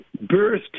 birth